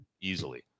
easily